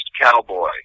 Cowboy